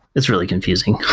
it's really confusing.